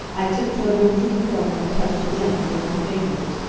i tip-toed over to the corner and touched it gently with my fingers.